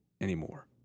anymore